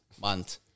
month